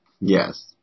Yes